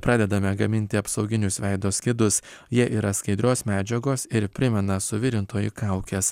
pradedame gaminti apsauginius veido skydus jie yra skaidrios medžiagos ir primena suvirintojų kaukes